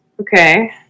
Okay